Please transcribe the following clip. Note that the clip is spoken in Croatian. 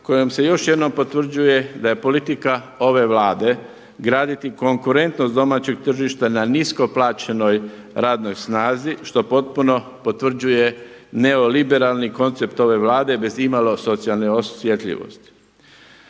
kojom se još jednom potvrđuje da je politika ove Vlade graditi konkurentnost domaćeg tržišta na nisko plaćenoj radnoj snazi što potpuno potvrđuje neoliberalni koncept ove vlade bez imalo socijalne osjetljivosti.